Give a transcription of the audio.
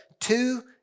two